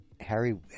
harry